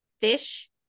fish